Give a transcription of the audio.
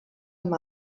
amb